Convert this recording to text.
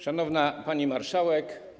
Szanowna Pani Marszałek!